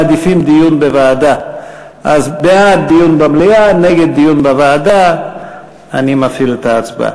יצביע בעד דיון במליאה, וכפי שציין חבר הכנסת